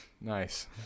Nice